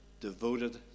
devoted